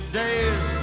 days